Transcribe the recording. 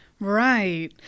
Right